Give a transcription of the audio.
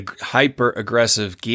Hyper-aggressive